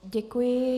Děkuji.